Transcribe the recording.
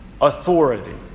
Authority